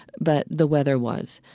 but the weather was.